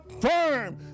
firm